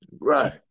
Right